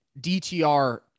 DTR